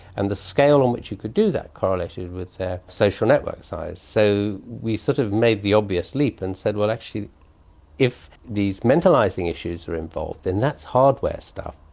and the scale on which you could do that correlated with their social network size. so we sort of made the obvious leap and said, well, actually if these mentalising issues are involved, then that's hardware stuff.